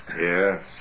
Yes